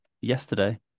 yesterday